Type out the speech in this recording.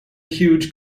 huge